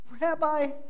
Rabbi